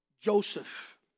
Joseph